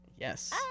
Yes